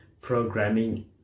programming